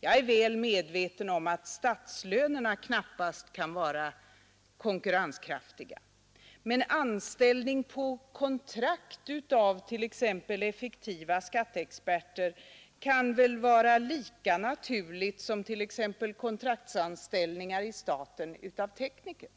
Jag är väl medveten om att statslönerna knappast kan vara konkurrenskraftiga, men anställning på kontrakt av effektiva skatteexperter kan väl vara lika naturligt som t.ex. kontraktsanställningar i staten av t.ex. tekniker.